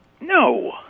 No